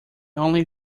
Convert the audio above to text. only